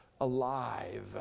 alive